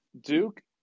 Duke